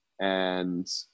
And-